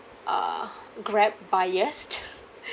uh Grab biased